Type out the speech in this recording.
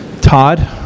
Todd